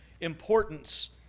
importance